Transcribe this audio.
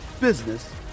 business